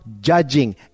judging